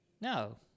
no